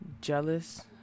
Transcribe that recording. jealous